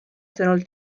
sõnul